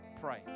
Pray